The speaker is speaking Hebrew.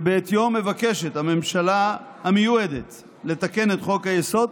שבעטיו מבקשת הממשלה המיועדת לתקן את חוק-היסוד,